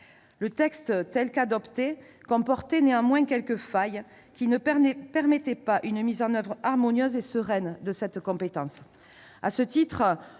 Le texte tel qu'il avait été adopté comportait néanmoins quelques failles qui ne permettaient pas une mise en oeuvre harmonieuse et sereine de cette compétence. À ce titre,